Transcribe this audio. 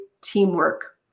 teamwork